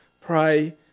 pray